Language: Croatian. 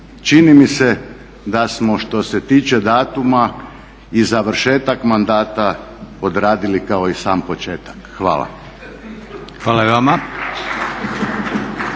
Čini mi se da smo što se tiče datuma i završetak mandata odradili kao i sam početak. Hvala. **Leko,